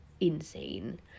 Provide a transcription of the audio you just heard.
insane